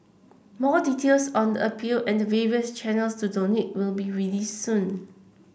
more details on the appeal and the various channels to donate will be released soon